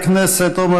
חבר הכנסת יונס.